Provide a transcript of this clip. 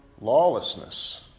lawlessness